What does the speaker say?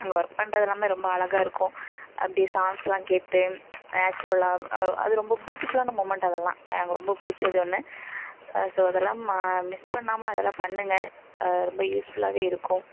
அங்கே ஒர்க் பண்ணுறது எல்லாம் ரொம்ப அழகா இருக்கும் அப்படி சாங்ஸ்லாம் கேட்டு நேச்சுரலாக அது ரொம்ப ப்யூட்டிஃபுல்லான மூவ்மெண்ட் அதெல்லாம் எனக்கு ரொம்ப பிடிச்சது ஒன்று ஸோ அதெல்லாம் மா மிஸ் பண்ணாமல் அதெல்லாம் பண்ணுங்க ரொம்ப யூஸ்ஃபுல்லாகவே இருக்கும்